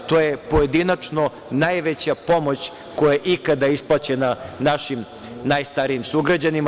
To je pojedinačno najveća pomoć koja je ikada isplaćena našim najstarijim sugrađanima.